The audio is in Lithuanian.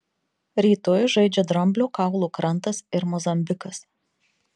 rytoj žaidžia dramblio kaulo krantas ir mozambikas